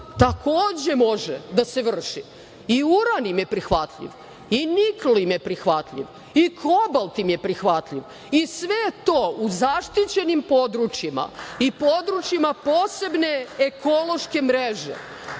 takođe može da se vrši i uran im je prihvatljiv, i nikl im je prihvatljiv, i kobalt im je prihvatljiv i sve to u zaštićenim područjima i područjima posebne ekološke mreže,